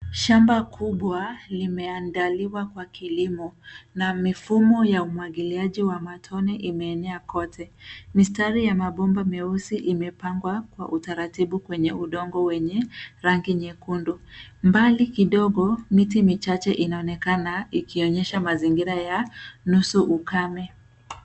Shamba kubwa limeandaliwa kwa kilimo na mifumo ya umwangiliaji wa matone imeenea kote. Mistari ya mabomba meusi imepangwa kwa utaratibu kwenye udongo wenye rangi nyekundu. Mbali kidogo miti michache inaonekana ikionyesha mazingira ya nusu ukame.